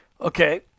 Okay